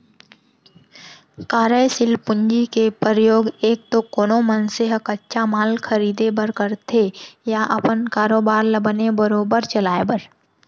कारयसील पूंजी के परयोग एक तो कोनो मनसे ह कच्चा माल खरीदें बर करथे या अपन कारोबार ल बने बरोबर चलाय बर